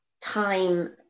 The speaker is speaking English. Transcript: time